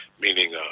meaning